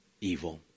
evil